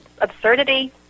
absurdity